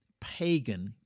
pagan